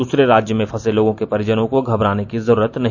दूसरे राज्य में फंसे लोगों के परिजर्नो को घबराने की जरूरत नहीं